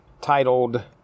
titled